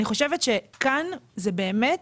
אני חושבת שכאן זה באמת